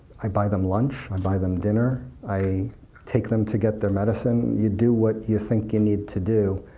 i buy them lunch, i buy them dinner, i take them to get their medicine. you do what you think you need to do.